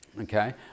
Okay